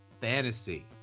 fantasy